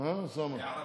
(אומר בערבית: